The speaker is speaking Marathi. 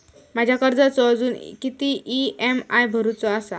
माझ्या कर्जाचो अजून किती ई.एम.आय भरूचो असा?